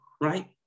right